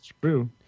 True